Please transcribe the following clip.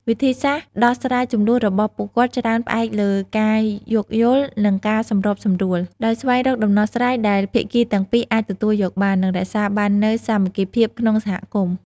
វិធីសាស្រ្តដោះស្រាយជម្លោះរបស់ពួកគាត់ច្រើនផ្អែកលើការយោគយល់ និងការសម្របសម្រួល ដោយស្វែងរកដំណោះស្រាយដែលភាគីទាំងពីរអាចទទួលយកបាន និងរក្សាបាននូវសាមគ្គីភាពក្នុងសហគមន៍។